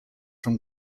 from